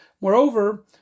Moreover